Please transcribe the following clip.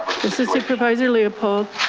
this is supervisor leopold.